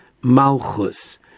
malchus